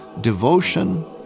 devotion